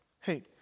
hey